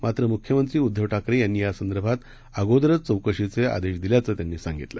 मात्र मुख्यमंत्री उद्दव ठाकरे यांनी या संदर्भात अगोदरच चौकशीचे आदेश दिल्याचं त्यांनी सांगितलं